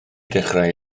dechrau